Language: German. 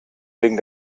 wegen